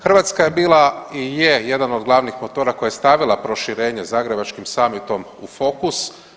Hrvatska je bila i je jedan od glavnih motora koja je stavila proširenje zagrebačkim samitom u fokus.